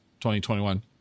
2021